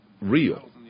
real